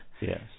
Yes